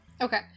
Okay